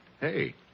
Hey